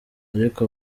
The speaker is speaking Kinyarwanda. ariko